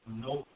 no